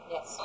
Yes